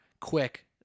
quick